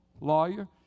lawyer